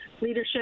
leadership